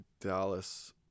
Dallas